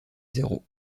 zéro